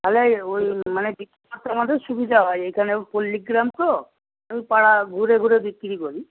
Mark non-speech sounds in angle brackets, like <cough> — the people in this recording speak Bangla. তাহলে ওই মানে <unintelligible> আমাদের সুবিধা হয় এখানে পল্লীগ্রাম তো পাড়া ঘুরে ঘুরে বিক্রি করি